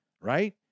right